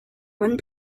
one